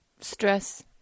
stress